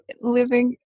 Living